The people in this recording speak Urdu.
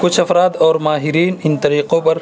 کچھ افراد اور ماہرین ان طریقوں پر